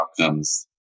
outcomes